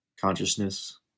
consciousness